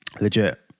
Legit